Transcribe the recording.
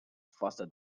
faster